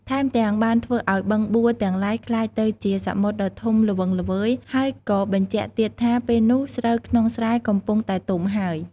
ថែមទាំង បានធ្វើឱ្យបឹងបួរទាំងឡាយក្លាយទៅជាសមុទ្រដ៏ធំល្វឹងល្វើយហើយក៏បញ្ជាក់ទៀតថាពេលនោះស្រូវក្នុងស្រែកំពុងតែទុំហើយ។